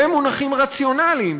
במונחים רציונליים,